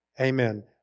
Amen